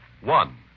One